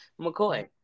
mccoy